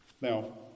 Now